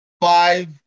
five